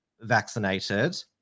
vaccinated